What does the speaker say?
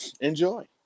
enjoy